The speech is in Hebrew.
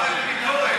החברה החדשה,